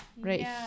right